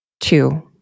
Two